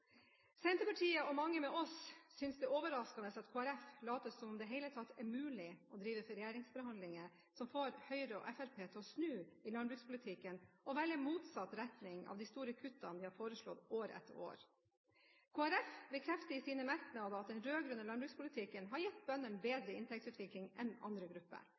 Senterpartiet og mange med oss synes det er overraskende at Kristelig Folkeparti later som det i det hele tatt er mulig å drive regjeringsforhandlinger som får Høyre og Fremskrittspartiet til å snu i landbrukspolitikken og velge motsatt retning av de store kuttene de har foreslått år etter år. Kristelig Folkeparti bekrefter i sine merknader at den rød-grønne landbrukspolitikken har gitt bøndene bedre inntektsutvikling enn andre grupper.